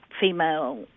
female